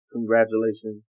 Congratulations